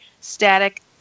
static